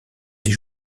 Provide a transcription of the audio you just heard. des